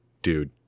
Dude